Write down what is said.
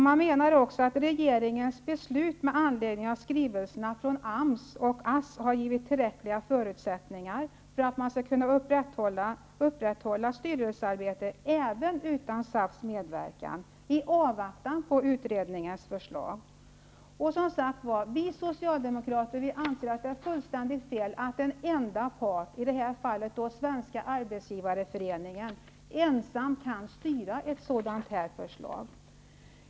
Man menar att regeringens beslut med anledning av skrivelserna från AMS och ASS har givit tillräckliga förutsättningar för att man skall kunna upprätthålla styrelsearbetet även utan SAF:s medverkan i avvaktan på utredningens förslag. Vi socialdemokrater anser att det är helt fel att en enda part -- i det här fallet Svenska arbetsgivareföreningen -- ensamt kan styra ett sådant här förslag.